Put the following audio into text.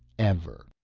ever.